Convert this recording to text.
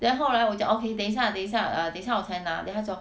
then 后来我讲 okay 等一下等一下 err 等一下我才拿 then 他说